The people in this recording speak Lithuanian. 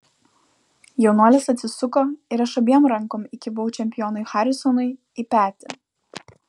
jaunuolis atsisuko ir aš abiem rankom įkibau čempionui harisonui į petį